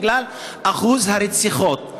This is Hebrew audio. בגלל אחוז הרציחות,